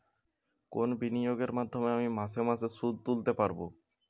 কোন বিনিয়োগের মাধ্যমে আমি মাসে মাসে সুদ তুলতে পারবো?